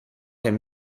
him